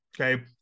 okay